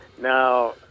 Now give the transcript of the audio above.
Now